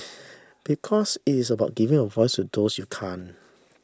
because it is about giving a voice to those you can't